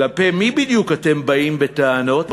כלפי מי בדיוק אתם באים בטענות,